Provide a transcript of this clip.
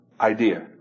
idea